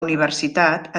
universitat